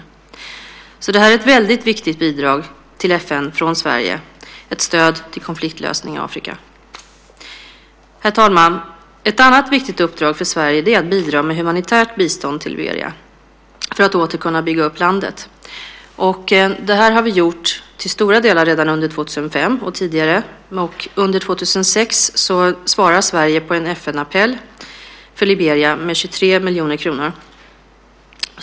Detta är alltså ett väldigt viktigt bidrag till FN från Sverige, ett stöd till konfliktlösning i Afrika. Herr talman! Ett annat viktigt uppdrag för Sverige är att bidra med humanitärt bistånd till Liberia för att man åter ska kunna bygga upp landet. Detta har vi gjort, till stora delar, redan under 2005 och tidigare. Under 2006 svarar Sverige på en FN-appell för Liberia med 23 miljoner kronor.